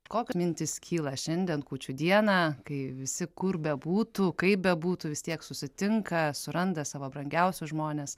kokios mintys kyla šiandien kūčių dieną kai visi kur bebūtų kaip bebūtų vis tiek susitinka suranda savo brangiausius žmones